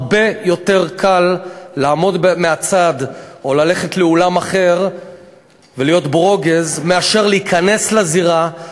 הרבה יותר קל ללכת לאולם אחר ולהיות ברוגז מאשר להיכנס לזירה,